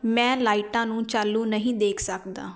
ਮੈਂ ਲਾਈਟਾਂ ਨੂੰ ਚਾਲੂ ਨਹੀਂ ਦੇਖ ਸਕਦਾ